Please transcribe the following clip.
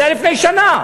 זה היה לפני שנה.